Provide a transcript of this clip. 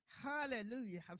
Hallelujah